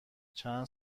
چند